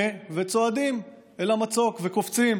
מֶה, צועדים אל המצוק וקופצים.